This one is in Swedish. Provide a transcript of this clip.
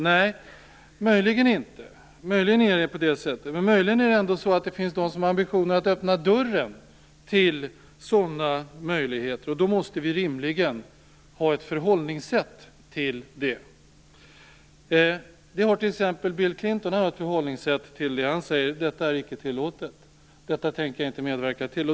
Nej, möjligen inte. Men möjligen finns det de som har ambitioner att öppna dörren till sådana möjligheter. Då måste vi rimligen ha ett förhållningssätt till det. Det har t.ex. Bill Clinton. Han säger: Detta är icke tillåtet. Detta tänker jag inte medverka till.